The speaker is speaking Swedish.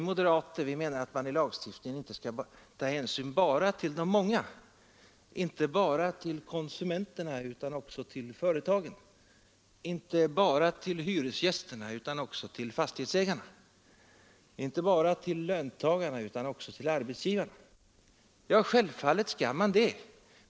Vi moderater, menar herr Lidgard, anser att man i lagstiftningen inte bara skall ta hänsyn till de många, till konsumenterna, utan också till företagarna, inte bara till hyresgästerna utan också till fastighetsägarna, inte bara till löntagarna utan också till arbetsgivarna. Ja, självfallet skall man göra det.